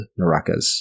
Narakas